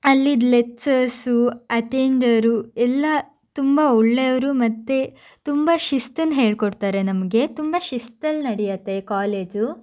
ಅಲ್ಲಿಯ lecturers attenders ಎಲ್ಲ ತುಂಬ ಒಳ್ಳೆಯವರು ಮತ್ತು ತುಂಬ ಶಿಸ್ತನ್ನು ಹೇಳ್ಕೊಡ್ತಾರೆ ನಮಗೆ ತುಂಬ ಶಿಸ್ತಲ್ಲಿ ನಡಿಯತ್ತೆ ಈ ಕಾಲೇಜು